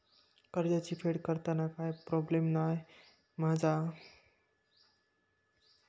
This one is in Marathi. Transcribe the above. कर्जाची फेड करताना काय प्रोब्लेम नाय मा जा?